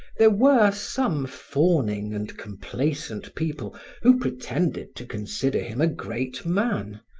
there were some fawning and complacent people who pretended to consider him a great man,